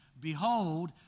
Behold